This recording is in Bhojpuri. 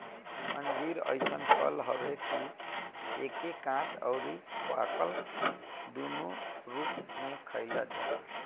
अंजीर अइसन फल हवे कि एके काच अउरी पाकल दूनो रूप में खाइल जाला